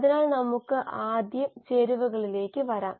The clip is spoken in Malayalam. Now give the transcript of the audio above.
അതിനാൽ നമുക്ക് ആദ്യം ചേരുവകളിലേക്ക് വരാം